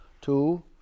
two